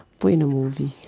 put in the movie